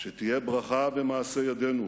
שתהיה ברכה במעשי ידינו